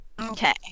Okay